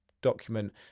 document